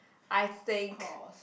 I think